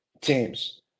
teams